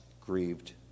grieved